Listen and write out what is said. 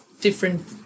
different